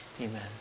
Amen